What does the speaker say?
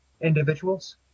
individuals